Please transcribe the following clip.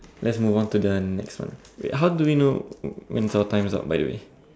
let's move on to the next one wait how do we know when's our time's up by the way